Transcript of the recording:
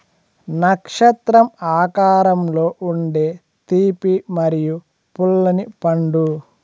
నక్షత్రం ఆకారంలో ఉండే తీపి మరియు పుల్లని పండు